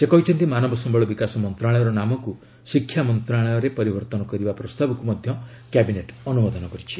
ସେ କହିଛନ୍ତି ମାନବ ସମ୍ଭଳ ବିକାଶ ମନ୍ତ୍ରଶାଳୟର ନାମକୁ 'ଶିକ୍ଷା ମନ୍ତ୍ରଣାଳୟ'ରେ ପରିବର୍ତ୍ତନ କରିବା ପ୍ରସ୍ତାବକୁ ମଧ୍ୟ କ୍ୟାବିନେଟ ଅନ୍ତମୋଦନ କରିଛି